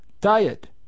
Diet